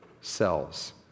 cells